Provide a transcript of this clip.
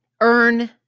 earn